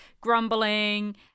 grumbling